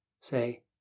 Say